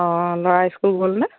অ' ল'ৰা স্কুল গ'লনে